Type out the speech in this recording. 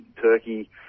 turkey